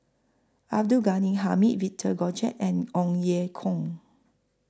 Abdul Ghani Hamid Victor Doggett and Ong Ye Kung